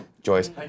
Joyce